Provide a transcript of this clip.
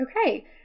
Okay